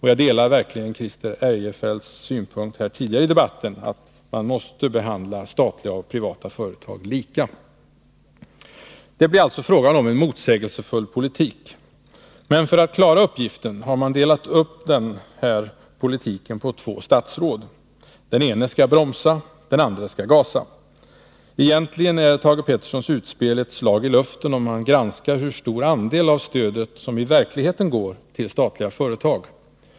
Jag delar verkligen Christer Eirefelts synpunkt tidigare i debatten att man måste behandla statliga och privata företag lika. Det blir alltså fråga om en motsägelsefull politik. Men för att klara Nr 17 uppgiften har man delat upp den på två statsråd. Den ene skall bromsa. Den Onsdagen den andre skall gasa. Egentligen är Thage Petersons utspel ett slag i luften, om 27 oktober 1982 man granskar hur stor andel av stödet som i verkligheten går till statliga företag.